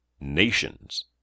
Nations